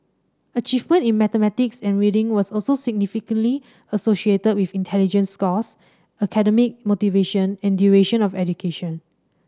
achievement in mathematics and reading was also significantly associated with intelligence scores academic motivation and duration of education